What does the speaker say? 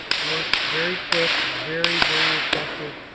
works very quick, very, very effective.